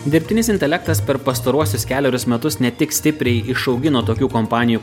dirbtinis intelektas per pastaruosius kelerius metus ne tik stipriai išaugino tokių kompanijų